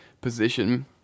position